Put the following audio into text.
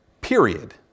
period